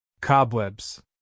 Cobwebs